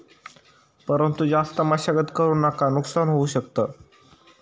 परंतु जास्त मशागत करु नका नुकसान होऊ शकत